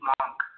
Monk